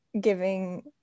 giving